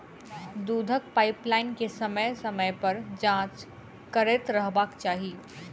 दूधक पाइपलाइन के समय समय पर जाँच करैत रहबाक चाही